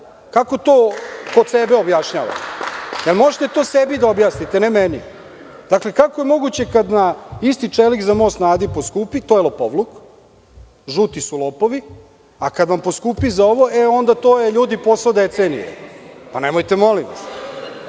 Kako to kod sebe objašnjavate? Da li to možete sebi da objasnite, ne meni? Dakle, kako je moguće kad na isti čelik za Most na Adi poskupi to je lopovluk i žuti su lopovi, a kad vam poskupi za ovo, onda je to ljudi posao decenije. Nemojte molim